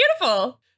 beautiful